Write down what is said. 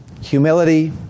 humility